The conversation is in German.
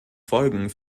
folgen